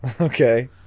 okay